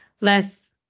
less